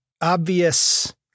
obvious